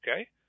Okay